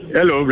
Hello